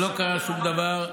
לא קרה שום דבר,